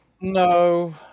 No